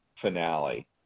Finale